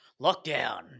Lockdown